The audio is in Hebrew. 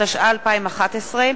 התשע"א 2011,